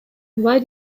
why